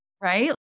right